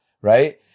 right